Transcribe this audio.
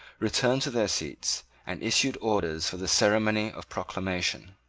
returned to their seats, and issued orders for the ceremony of proclamation.